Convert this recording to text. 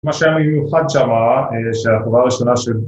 ‫משם יהיו מיוחד שמה, ‫שהחובה ראשונה של...